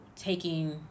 taking